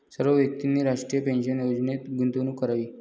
सर्व व्यक्तींनी राष्ट्रीय पेन्शन योजनेत गुंतवणूक करावी